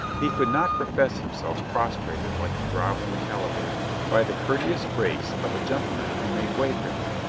he could not profess himself prostrated like the groveling caliban by the courteous grace of a gen tleman who made way for him,